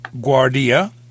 Guardia